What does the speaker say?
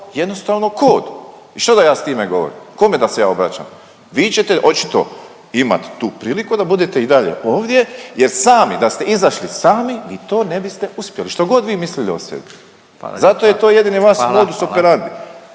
jednostavno kod i što da ja s time govorim, kome da se ja obraćam? Vi ćete očito imat tu priliku da budete i dalje ovdje jer sami, da ste izašli sami, i to ne biste uspjeli, što god vi mislili o sebi. Zato je to … .../Upadica: